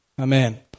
Amen